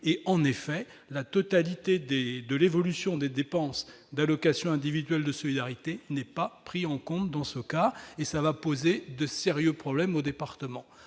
En effet, la totalité de l'évolution des dépenses d'allocations individuelles de solidarité n'est pas prise en compte dans ce cas, ce qui posera de sérieux problèmes aux départements.